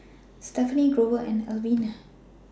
Stefanie Grover and Alvena